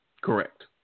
Correct